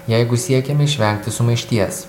jeigu siekiam išvengti sumaišties